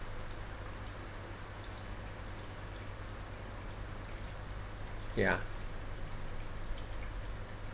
ya